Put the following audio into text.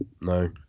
no